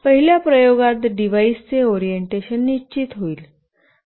पहिल्या प्रयोगात डिव्हाइसचे ओरिएंटेशन निश्चित होईल